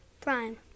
Prime